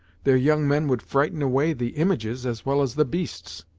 their young men would frighten away the images as well as the beasts.